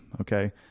okay